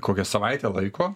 kokią savaitę laiko